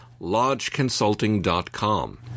lodgeconsulting.com